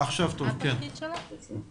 אני